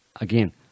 again